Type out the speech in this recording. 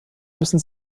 müssen